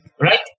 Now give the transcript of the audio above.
right